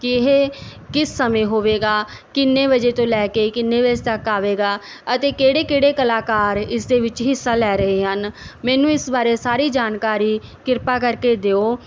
ਕਿ ਇਹ ਕਿਸ ਸਮੇਂ ਹੋਵੇਗਾ ਕਿੰਨੇ ਵਜੇ ਤੋਂ ਲੈ ਕੇ ਕਿੰਨੇ ਵਜੇ ਤੱਕ ਆਵੇਗਾ ਅਤੇ ਕਿਹੜੇ ਕਿਹੜੇ ਕਲਾਕਾਰ ਇਸ ਦੇ ਵਿੱਚ ਹਿੱਸਾ ਲੈ ਰਹੇ ਹਨ ਮੈਨੂੰ ਇਸ ਬਾਰੇ ਸਾਰੀ ਜਾਣਕਾਰੀ ਕਿਰਪਾ ਕਰਕੇ ਦਿਓ